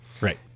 Right